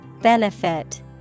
Benefit